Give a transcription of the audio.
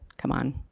come on.